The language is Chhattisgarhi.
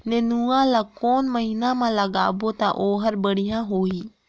नेनुआ ला कोन महीना मा लगाबो ता ओहार बेडिया होही?